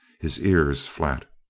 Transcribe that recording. his ears flat.